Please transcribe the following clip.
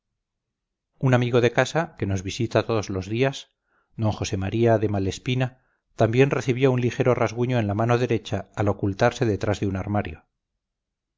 un amigo de casa que nos visita todos los días d josé maría de malespina también recibió un ligero rasguño en la mano derecha al ocultarse detrás de un armario